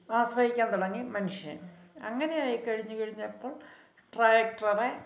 ആശ്രയിക്കാൻ തുടങ്ങി മനുഷ്യൻ അങ്ങനെ ആയി കഴിഞ്ഞ് കഴിഞ്ഞപ്പോൾ ട്രാക്ടറെ